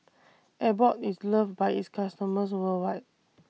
Abbott IS loved By its customers worldwide